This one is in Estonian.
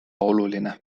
oluline